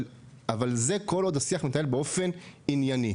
אבל זה כל עוד השיח מתנהל באופן ענייני.